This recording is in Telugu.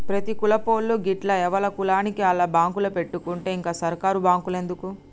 ప్రతి కులపోళ్లూ గిట్ల ఎవల కులానికి ఆళ్ల బాంకులు పెట్టుకుంటే ఇంక సర్కారు బాంకులెందుకు